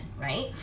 right